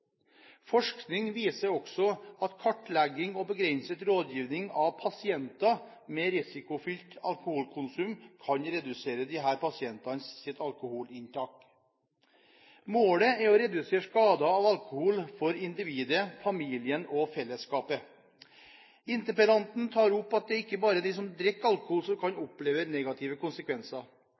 Forskning viser også at kartlegging og begrenset rådgivning til pasienter med risikofylt alkoholkonsum kan redusere disse pasientenes alkoholinntak. Målet er å redusere skadene av alkohol for individet, familien og fellesskapet. Interpellanten tar opp at det ikke bare er de som drikker alkohol, som kan oppleve negative konsekvenser.